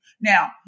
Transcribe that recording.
Now